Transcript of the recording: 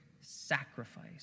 sacrifice